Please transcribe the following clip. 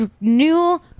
new